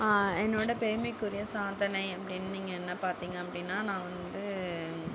என்னோட பெருமைக்குரிய சாதனை அப்படின்னு நீங்கள் என்ன பார்த்திங்க அப்படின்னா நான் வந்து